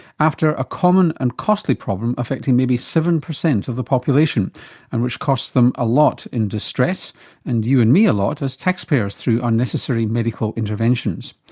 after a common and costly problem affecting maybe seven percent of the population and which costs them a lot in distress and you and me a lot as taxpayers through unnecessary medical interventions.